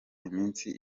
iminsi